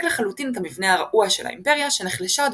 לחלוטין את המבנה הרעוע של האימפריה שנחלשה עוד